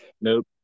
Nope